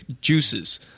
juices